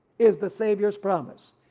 is the savior's promise.